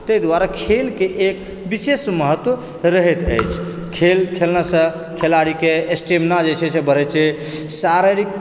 तहि दुआरे खेलके एक विशेष महत्व रहैत अछि खेल खेलनेसँ खिलाड़ीके स्टेमिना जे छै से बढ़े छै शारीरिक